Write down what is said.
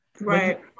Right